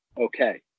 okay